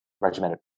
regimented